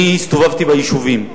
אני הסתובבתי ביישובים,